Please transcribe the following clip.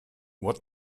what